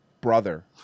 brother